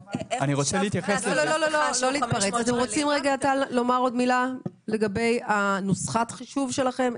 טל, אתם רוצים לומר מילה לגבי נוסחת החישוב שלכם?